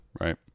right